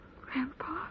Grandpa